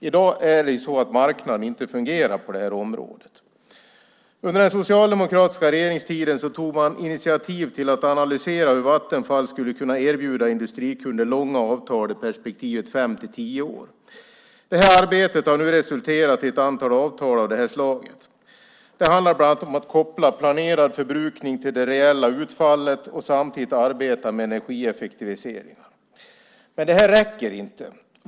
I dag är det så att marknaden inte fungerar på det här området. Under den socialdemokratiska regeringstiden tog man initiativ till att analysera hur Vattenfall skulle kunna erbjuda industrikunder långa avtal i perspektivet fem-tio år. Arbetet har nu resulterat i ett antal avtal av det slaget. Det handlar bland annat om att koppla planerad förbrukning till det reella utfallet och samtidigt arbeta med energieffektivisering. Men det räcker inte.